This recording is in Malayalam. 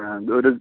ആ ഇത് ഒരു